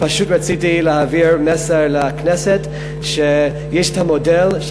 ופשוט רציתי להעביר מסר לכנסת שיש המודל של